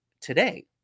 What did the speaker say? today